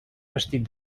vestit